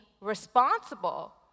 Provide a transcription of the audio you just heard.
responsible